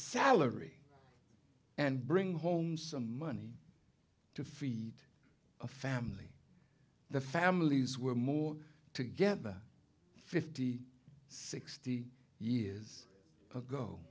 salary and bring home some money to feed a family the families were more together fifty sixty years ago